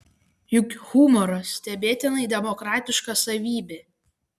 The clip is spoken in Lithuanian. juk humoras stebėtinai demokratiška savybė